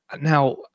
now